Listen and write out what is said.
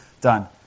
done